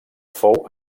fou